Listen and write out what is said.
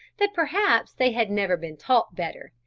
that perhaps they had never been taught better,